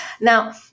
Now